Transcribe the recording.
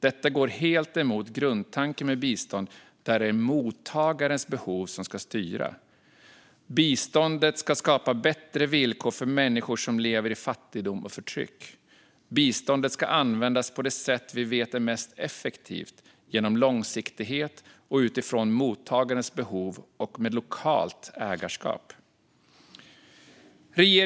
Detta går helt emot grundtanken med bistånd, där det är mottagarens behov som ska styra. Biståndet ska skapa bättre villkor för människor som lever i fattigdom och förtryck. Biståndet ska användas på det sätt vi vet är mest effektivt, genom långsiktighet och utifrån mottagarens behov och med lokalt ägarskap.